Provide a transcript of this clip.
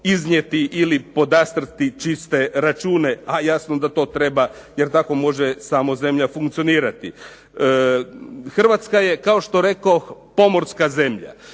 iznijeti ili podastrijeti čiste račune, a jasno da to treba jer tako može samo zemlja funkcionirati. Hrvatska je kao što rekoh pomorska zemlja,